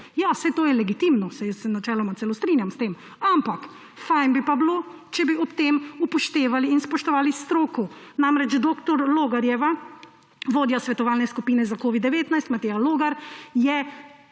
Ja, saj to je legitimno, saj jaz se načeloma celo strinjam s tem, ampak fino bi pa bilo, če bi ob tem upoštevali in spoštovali stroko. Namreč dr. Logarjeva, vodja svetovalne skupine za covid-19, Mateja Logar je